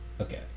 Okay